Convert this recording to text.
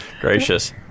Gracious